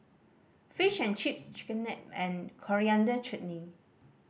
Fish and Chips Chigenabe and Coriander Chutney